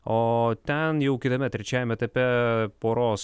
o ten jau kitame trečiajame etape poros